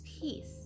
peace